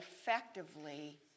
effectively